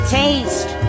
taste